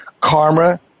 karma –